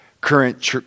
current